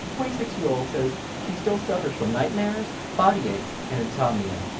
twenty six year old says she still suffers from nightmares, body aches and insomnia.